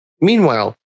Meanwhile